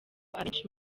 abenshi